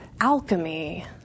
alchemy